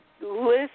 list